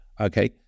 Okay